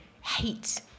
hate